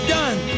done